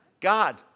God